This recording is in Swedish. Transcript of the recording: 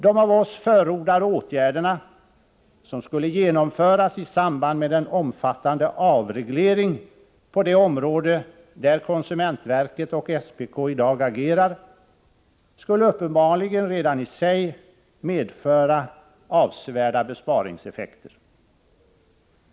De av oss förordade åtgärderna, som skulle genomföras i samband med en omfattande avreglering på det område där konsumentverket och SPK i dag agerar, skulle uppenbarligen redan i sig medföra avsevärda besparingseffekter.